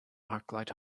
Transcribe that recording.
arclight